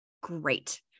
great